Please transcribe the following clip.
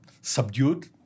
subdued